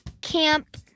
Camp